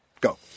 Go